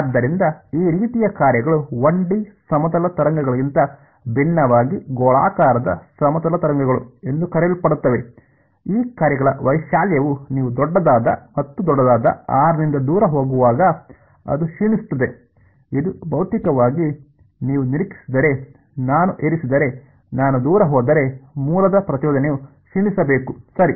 ಆದ್ದರಿಂದ ಈ ರೀತಿಯ ಕಾರ್ಯಗಳು 1 ಡಿ ಸಮತಲ ತರಂಗಗಳಿಗಿಂತ ಭಿನ್ನವಾಗಿ ಗೋಳಾಕಾರದ ಸಮತಲ ತರಂಗಗಳು ಎಂದು ಕರೆಯಲ್ಪಡುತ್ತವೆ ಈ ಕಾರ್ಯಗಳ ವೈಶಾಲ್ಯವು ನೀವು ದೊಡ್ಡದಾದ ಮತ್ತು ದೊಡ್ಡದಾದ r ನಿಂದ ದೂರ ಹೋಗುವಾಗ ಅದು ಕ್ಷೀಣಿಸುತ್ತದೆ ಇದು ಭೌತಿಕವಾಗಿ ನೀವು ನಿರೀಕ್ಷಿಸಿದರೆ ನಾನು ಇರಿಸಿದರೆ ನಾನು ದೂರ ಹೋದರೆ ಮೂಲದ ಪ್ರಚೋದನೆಯು ಕ್ಷೀಣಿಸಬೇಕು ಸರಿ